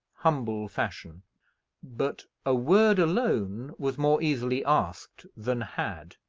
humble fashion but a word alone was more easily asked than had,